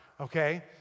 Okay